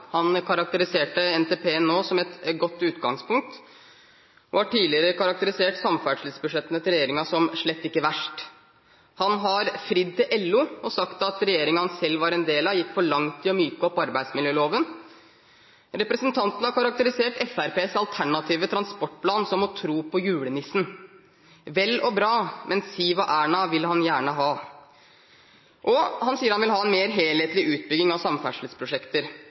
Han karakteriserte NTP nå som «eit godt utgangspunkt», og har tidligere karakterisert samferdselsbudsjettene til regjeringen som slett ikke verst. Han har fridd til LO og sagt at regjeringen han selv var en del av, «gikk for langt i å myke opp arbeidsmiljøloven». Representanten har karakterisert Fremskrittspartiets alternative transportplan som «å tro på julenissen» – vel og bra, men Siv og Erna vil han gjerne ha! Og han sier at han vil ha mer helhetlig utbygging av samferdselsprosjekter.